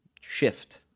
shift